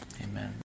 Amen